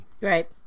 Right